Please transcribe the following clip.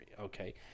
okay